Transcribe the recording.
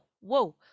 whoa